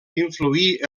influir